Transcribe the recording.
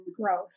growth